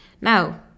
Now